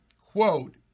quote